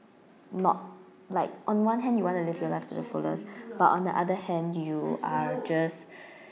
not like on one hand you want to live your life to the fullest but on the other hand you are just